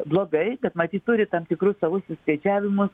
blogai bet matyt turi tam tikrus savus išskaičiavimus